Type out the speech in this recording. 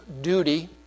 duty